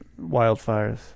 wildfires